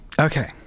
Okay